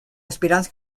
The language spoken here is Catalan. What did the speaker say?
aspirants